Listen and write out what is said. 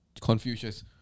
Confucius